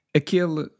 aquele